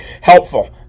helpful